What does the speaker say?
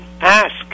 ask